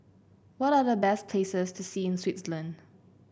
what are the best places to see in Switzerland